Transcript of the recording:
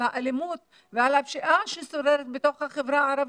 האלימות ועל הפשיעה ששוררת בתוך החברה הערבית,